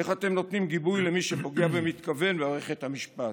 איך אתם נותנים גיבוי למי שפוגע במתכוון במערכת המשפטי?